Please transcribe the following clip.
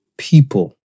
people